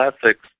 Classics